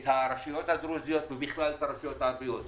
את הרשויות הדרוזיות ובכלל את הרשויות הערביות.